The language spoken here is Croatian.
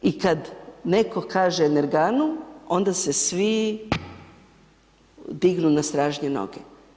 I kad netko kaže energanu, onda se svi dignu na stražnje noge.